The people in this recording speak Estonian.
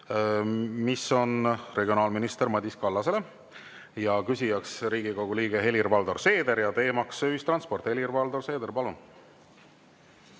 mis on regionaalminister Madis Kallasele. Küsija on Riigikogu liige Helir-Valdor Seeder ja teema on ühistransport. Helir-Valdor Seeder, palun!